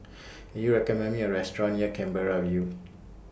Can YOU recommend Me A Restaurant near Canberra View